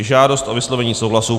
Žádost o vyslovení souhlasu